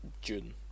June